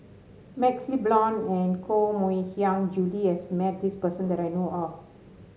MaxLe Blond and Koh Mui Hiang Julie has met this person that I know of